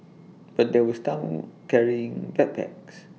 but there was down carrying backpacks